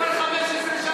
אבל זה כבר 15 שנה,